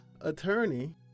attorney